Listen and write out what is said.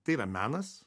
tai yra menas